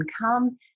come